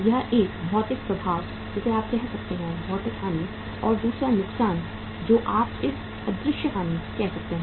यह एक भौतिक प्रभाव जिसे आप कह सकते हैं भौतिक हानि और दूसरा नुकसान जो आप इसे अदृश्य हानि कह सकते हैं